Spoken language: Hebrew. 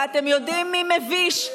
ואתם יודעים מי מביש?